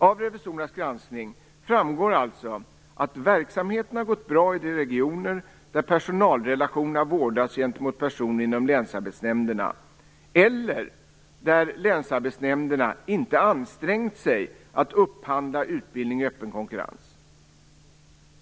Av revisorernas granskning framgår alltså att verksamheten har gått bra i de regioner där personrelationerna vårdats gentemot personer inom länsarbetsnämnderna eller där länsarbetsnämnderna inte ansträngt sig för att upphandla utbildning i öppen konkurrens.